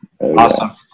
Awesome